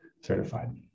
certified